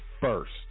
first